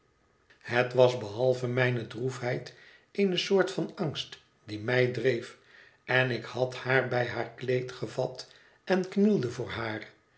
het was behalve mijne droefheid eene soort van angst die mij dreef en ik had haar bij haar kleed gevat en knielde voor haar